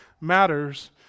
matters